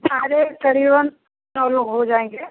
सारे करीबन नौ लोग हो जाँएगे